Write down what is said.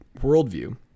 worldview